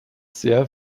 sehr